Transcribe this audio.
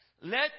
let